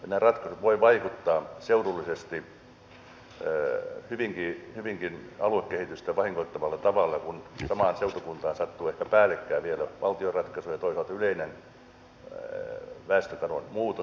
nämä ratkaisut voivat vaikuttaa seudullisesti hyvinkin aluekehitystä vahingoittavalla tavalla kun samaan seutukuntaan sattuu ehkä päällekkäin vielä valtion ratkaisuja ja toisaalta yleinen muutos väestökato